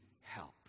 help